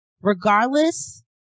regardless